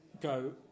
go